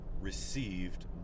received